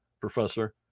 professor